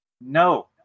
No